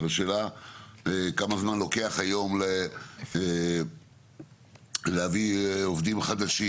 אבל השאלה כמה זמן לוקח היום להביא עובדים חדשים.